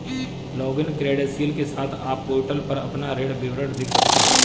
login credential के साथ, आप पोर्टल पर अपना ऋण विवरण देख सकते हैं